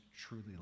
truly